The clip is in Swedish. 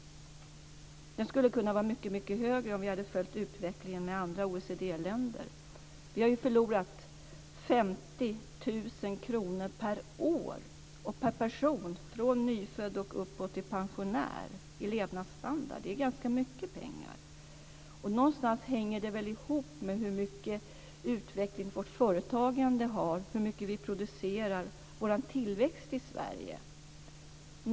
Den skulle ha kunnat vara mycket högre om vi hade haft samma utveckling som i andra OECD-länder. Vi har förlorat 50 000 kr per år och person, från nyfödda och uppåt till pensionärer, i levnadsstandard. Det är ganska mycket pengar. Någonstans hänger det väl ihop med hur mycket utveckling och företagande vi har, hur mycket vi producerar och hur tillväxten i Sverige ser ut.